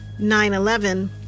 9-11